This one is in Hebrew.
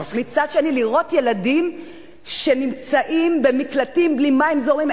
ומצד שני לראות ילדים שנמצאים במקלטים בלי מים זורמים.